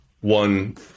one